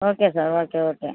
okay sir okay okay